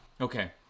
Okay